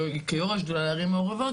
כיושבת ראש השדולה לערים המעורבות